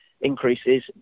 increases